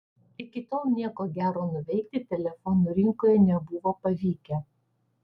iki tol nieko gero nuveikti telefonų rinkoje nebuvo pavykę